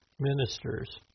ministers